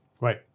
right